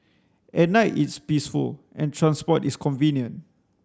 at night it's peaceful and transport is convenient